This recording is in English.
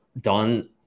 done